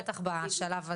בטח בשלב הזה.